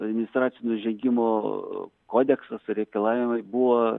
administracinių nusižengimų kodeksas reikalavimai buvo